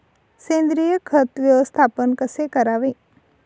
सेंद्रिय खत व्यवस्थापन कसे करावे?